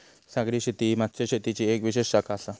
सागरी शेती ही मत्स्यशेतीचो येक विशेष शाखा आसा